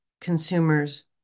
Consumers